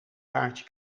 kaartje